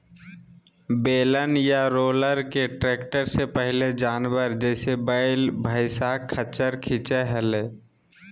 बेलन या रोलर के ट्रैक्टर से पहले जानवर, जैसे वैल, भैंसा, खच्चर खीचई हलई